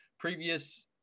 previous